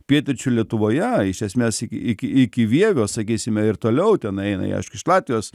pietryčių lietuvoje iš esmės iki iki iki vievio sakysime ir toliau ten eina jie aišku iš latvijos